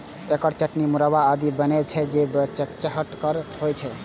एकर चटनी, मुरब्बा आदि बनै छै, जे बड़ चहटगर होइ छै